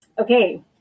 Okay